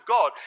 God